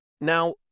Now